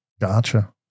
Gotcha